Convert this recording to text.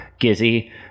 Gizzy